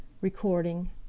Recording